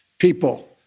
people